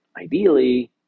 ideally